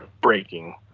breaking